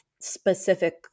specific